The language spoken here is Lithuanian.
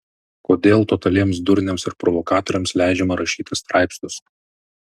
kodėl totaliems durniams ir provokatoriams leidžiama rašyti straipsnius